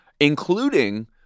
including